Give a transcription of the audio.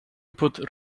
put